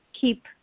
keep